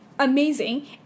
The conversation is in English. Amazing